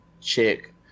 chick